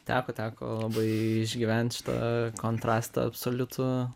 teko teko labai išgyvent šitą kontrastą absoliutų